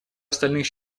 остальных